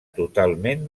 totalment